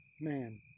man